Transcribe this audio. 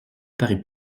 parut